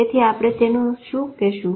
તેથી આપણે તેને શું કેશુ